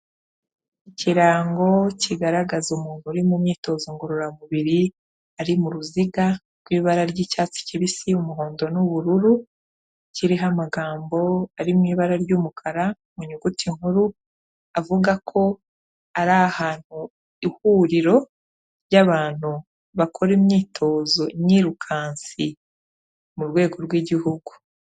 Ikirango kigaragaza umuntu uri mu myitozo ngororamubiri, ari mu ruziga rw'ibara ry'icyatsi kibisi, umuhondo n'ubururu, kiriho amagambo ari mu ibara ry'umukara mu nyuguti nkuru, avuga ko ari ahantu ihuriro ry'abantu bakora imyitozo nyirukansi mu rwego rw'igihugu.